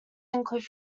include